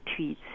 tweets